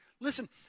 Listen